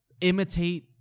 imitate